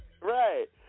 Right